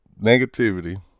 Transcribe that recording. negativity